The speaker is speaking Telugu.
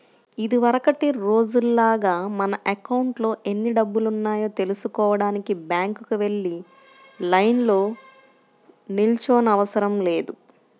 ఇదివరకటి రోజుల్లాగా మన అకౌంట్లో ఎన్ని డబ్బులున్నాయో తెల్సుకోడానికి బ్యాంకుకి వెళ్లి లైన్లో నిల్చోనవసరం లేదు